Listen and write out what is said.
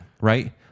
Right